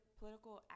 political